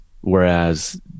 whereas